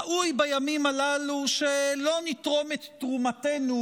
ראוי בימים הללו שלא נתרום את תרומתנו